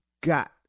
got